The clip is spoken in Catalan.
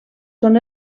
són